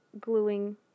gluing